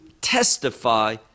testify